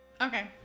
Okay